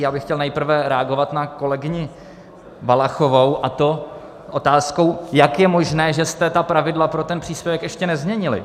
Já bych chtěl nejprve reagovat na kolegyni Valachovou, a to otázkou, jak je možné, že jste ta pravidla pro ten příspěvek ještě nezměnili.